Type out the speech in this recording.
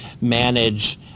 manage